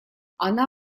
она